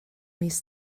mis